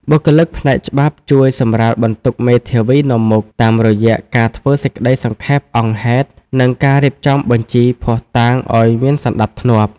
បុគ្គលិកផ្នែកច្បាប់ជួយសម្រាលបន្ទុកមេធាវីនាំមុខ តាមរយៈការធ្វើសេចក្តីសង្ខេបអង្គហេតុ និងការរៀបចំបញ្ជីភស្តុតាងឱ្យមានសណ្តាប់ធ្នាប់។